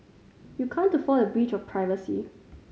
you can't afford a breach of privacy